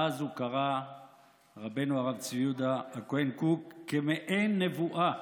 ואז קרא רבנו הרב צבי יהודה הכהן קוק כמעין נבואה,